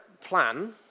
plan